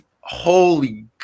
Holy